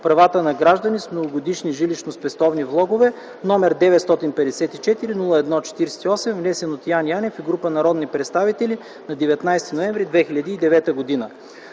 правата на граждани с многогодишни жилищно-спестовни влогове, № 954-01-48, внесен от Яне Янев и група народни представители на 19 ноември 2009 г.”